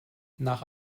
nach